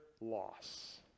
loss